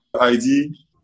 ID